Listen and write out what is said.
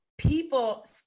People